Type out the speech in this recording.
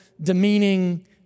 demeaning